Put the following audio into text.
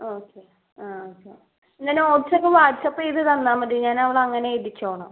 okay ആ എന്നാൽ നോട്ട്ക്കെസ്സ വാട്സപ്പ് ചെയ്ത് തന്നാൽ മതി ഞാനവളെ അങ്ങനെയെഴുതിച്ചോളാം